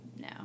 no